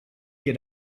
get